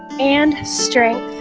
and strength